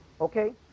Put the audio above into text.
Okay